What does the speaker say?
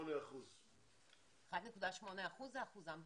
1.8%. 1.8% זה אחוזם באוכלוסייה.